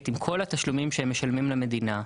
עם כל התשלומים שהם משלמים למדינה,